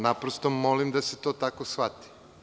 Naprosto molim da se to tako shvati.